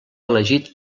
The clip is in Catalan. elegit